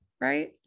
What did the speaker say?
right